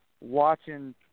watching